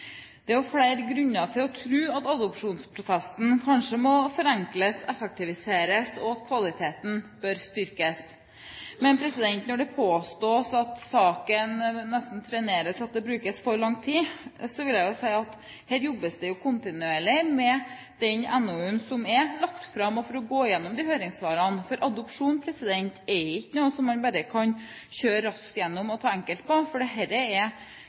er også flere grunner til å tro at adopsjonsprosessen kanskje må forenkles og effektiviseres, og at kvaliteten bør styrkes. Men når det påstås at saken treneres, og at det brukes for lang tid, vil jeg si at her jobbes det kontinuerlig med den NOU-en som er lagt fram, for å gå igjennom høringssvarene. Adopsjon er ikke noe man bare kan kjøre raskt igjennom og ta enkelt på, for dette er veldig alvorlige saker, og det